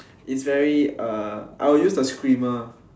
it's very uh I will use the screamer